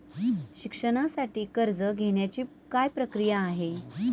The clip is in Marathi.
शिक्षणासाठी कर्ज घेण्याची काय प्रक्रिया आहे?